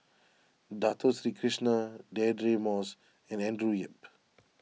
Dato Sri Krishna Deirdre Moss and Andrew Yip